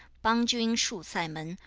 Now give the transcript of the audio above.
bang jun shu sai men,